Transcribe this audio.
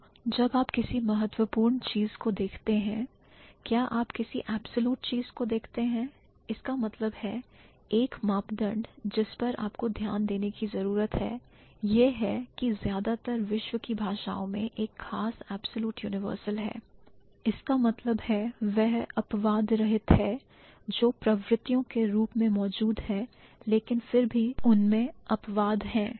तो जब आप किसी महत्वपूर्ण चीज को देखते हैं किया आप किसी absolute चीज को देखते हैं इसका मतलब है एक मापदंड जिस पर आपको ध्यान देने की जरूरत है यह है कि ज्यादातर विश्व की भाषाओं में एक खास absolute universal है इसका मतलब है वह अपवादरहित हैजो प्रवृत्तियों के रूप में मौजूद हैं लेकिन फिर भी उनमें अपवाद हैं